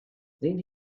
then